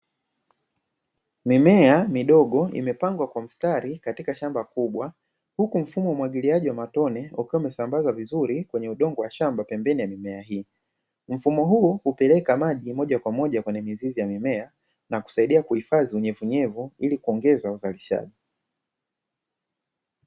Mimea midogo imepangwa kwa mstari katika shamba kubwa huku mfumo wa umwagiliaji wa matone ukiwa umesambazwa vizuri kwenye udongo wa shamba pembeni ya mimea hii, mfumo huu hupeleka maji moja kwa moja kwenye mizizi ya mimea na kusaidia kuhifazi unyevunyevu ili kuongeza uzalishaji.